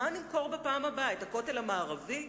מה נמכור בפעם הבאה, את הכותל המערבי?